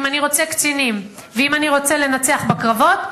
אם אני רוצה קצינים ואם אני רוצה לנצח בקרבות,